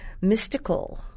mystical